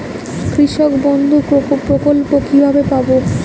কৃষকবন্ধু প্রকল্প কিভাবে পাব?